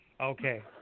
Okay